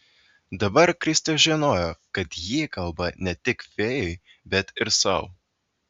dabar kristė žinojo kad ji kalba ne tik fėjai bet ir sau